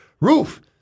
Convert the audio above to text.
roof